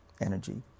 energy